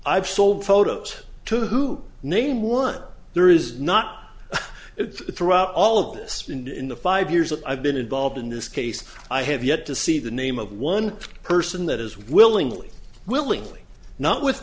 i've sold photos to name one there is not it's throughout all of this and in the five years that i've been involved in this case i have yet to see the name of one person that is willingly willingly not with